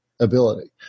Ability